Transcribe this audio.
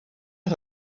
est